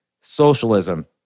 socialism